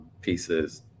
pieces